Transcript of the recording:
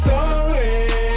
Sorry